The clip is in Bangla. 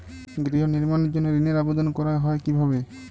গৃহ নির্মাণের জন্য ঋণের আবেদন করা হয় কিভাবে?